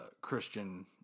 Christian